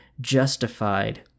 justified